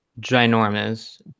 ginormous